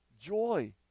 joy